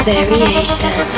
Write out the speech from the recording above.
Variation